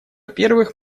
первых